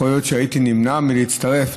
יכול להיות שהייתי נמנע מלהצטרף.